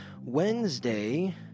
Wednesday